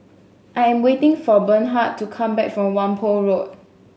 I am waiting for Bernhard to come back from Whampoa Road